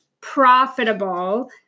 profitable